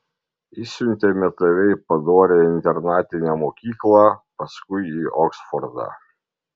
išsiuntėme tave į padorią internatinę mokyklą paskui į oksfordą